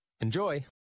Enjoy